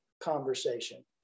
conversation